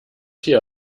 hier